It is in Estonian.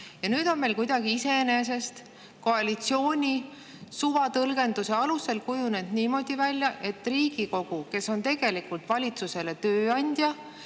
Nüüd on meil kuidagi iseenesest, koalitsiooni suvatõlgenduse alusel kujunenud välja niimoodi, et Riigikogu, kes on tegelikult valitsusele tööandja,